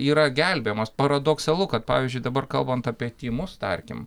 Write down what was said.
yra gelbėjamos paradoksalu kad pavyzdžiui dabar kalbant apie tymus tarkim